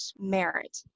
merit